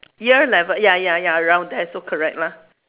ear level ya ya ya around there so correct lah